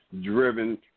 driven